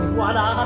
Voilà